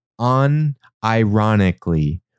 unironically